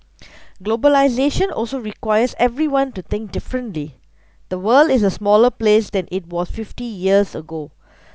globalisation also requires everyone to think differently the world is a smaller place than it was fifty years ago